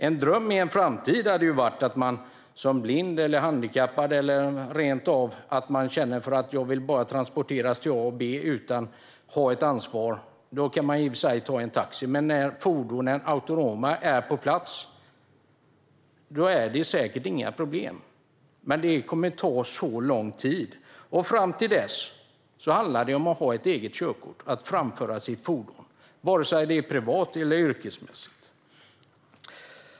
En dröm i en framtid hade ju varit att kunna framföra ett fordon som blind eller handikappad eller rent av när man bara känner för att transporteras från punkt A till punkt B utan att ha ett ansvar. Då kan man i och för sig ta taxi, men när autonoma fordon är på plats är det säkert inga problem. Det kommer dock att ta lång tid. Fram till dess handlar det om att ha eget körkort och framföra ett fordon, vare sig det är privat eller yrkesmässigt.